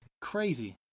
crazy